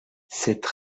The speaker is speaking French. cette